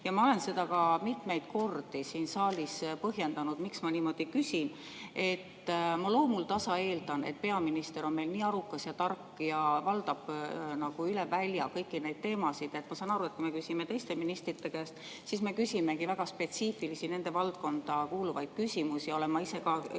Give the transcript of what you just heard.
Ja ma olen seda ka mitmeid kordi siin saalis põhjendanud, miks ma nii küsin. Ma loomuldasa eeldan, et peaminister on meil nii arukas ja tark ja valdab üle välja kõiki neid teemasid. Ma saan aru, et kui me küsime teiste ministrite käest, siis me küsimegi väga spetsiifilisi, nende valdkonda kuuluvaid küsimusi,